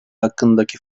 hakkındaki